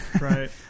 Right